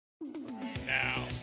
now